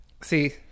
See